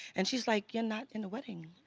and she's like you're not in the wedding.